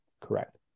correct